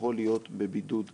יכול להיות בבידוד כחלופה.